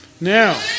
Now